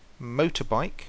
Motorbike